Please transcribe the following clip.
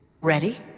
ready